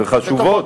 וחשובות.